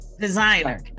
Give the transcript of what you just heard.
designer